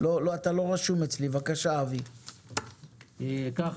פה בחדר הזה היו ים של דיונים וישבנו ודנו ואת